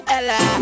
Ella